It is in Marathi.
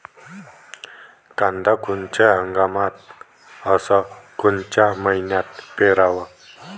कांद्या कोनच्या हंगामात अस कोनच्या मईन्यात पेरावं?